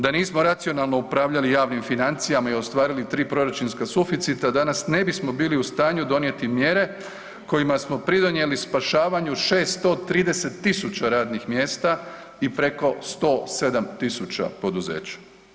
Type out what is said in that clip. Da nismo racionalno upravljali javnim financijama i ostvarili 3 proračunska suficita, danas ne bismo bili u stanju donijeti mjere kojima smo pridonijeli spašavanju 630 tisuća radnih mjesta i preko 107 tisuća poduzeća.